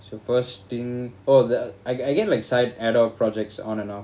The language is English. so first thing oh the I I get like side adult projects on and off